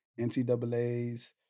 NCAAs